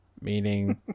meaning